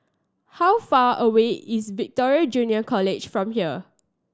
how far away is Victoria Junior College from here